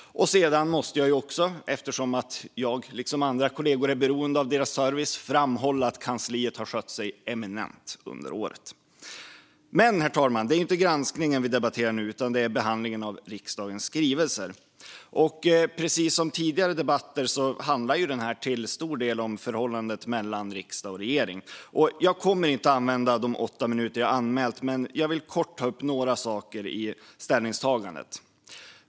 Eftersom jag liksom andra kollegor är beroende av kansliets service vill jag framhålla att kansliet har skött sig eminent under året. Men, herr talman, det är inte granskningen som vi debatterar nu utan behandlingen av riksdagens skrivelser. Precis som tidigare debatter handlar denna debatt till stor del om förhållandet mellan riksdag och regering. Jag kommer inte att använda hela min anmälda talartid, men jag vill kortfattat ta upp några saker i ställningstagandet.